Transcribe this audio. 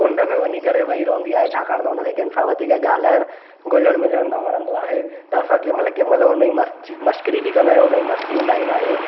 कुंढ में वञी करे वेई रहंदी आहे छाकाणि त हुनखे कंहिं सां वधीक ॻाल्हाइण घुलण मिलण न वणंदो आहे त असां कंहिं महिल कंहिं महिल हुनजी मश्करी बि कंदा आहियूं मस्ती उॾाईंदा आहियूं